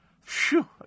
Phew